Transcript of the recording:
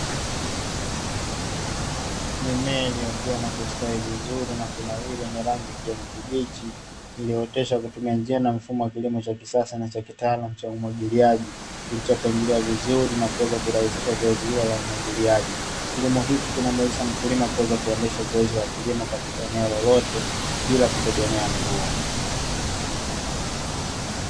Mimea iliyokuwa na kustawi vizuri na kunawili yenye rangi ya kiijani kibichi iliyooteshwa kutumia njia na mfumo wa kilimo cha kisasa na kitaalamu cha umwagilaji ,kilichopangiliwa vzuri na kuweza kurahisisha zoezi hili la umwagiliaji ,kilimo hiki kinamuwezesha mkulima kuweza kuendesha zoezi la kilimo katika eneo lolote bila kutegemea mvua.